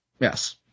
Yes